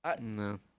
No